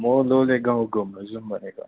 म लोले गाउँ घुम्नु जाउँ भनेको